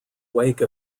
wake